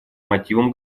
мотивам